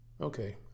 Okay